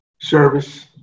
service